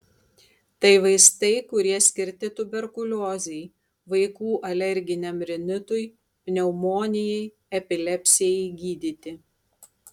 tai vaistai kurie skirti tuberkuliozei vaikų alerginiam rinitui pneumonijai epilepsijai gydyti